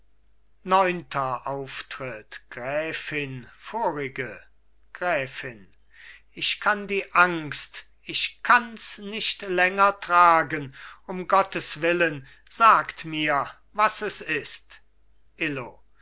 neunter auftritt gräfin vorige gräfin ich kann die angst ich kanns nicht länger tragen um gotteswillen sagt mir was es ist illo